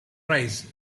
rise